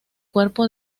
cuerpo